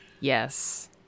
Yes